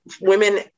women